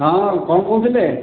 ହଁ କଣ କହୁଥିଲେ